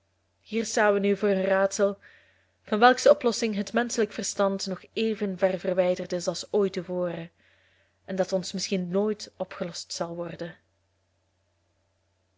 hier staan we nu voor een raadsel van welks oplossing het menschelijk verstand nog even ver verwijderd is als ooit te voren en dat ons misschien nooit opgelost zal worden